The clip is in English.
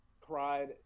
cried